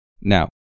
Now